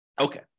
Okay